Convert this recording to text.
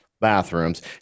bathrooms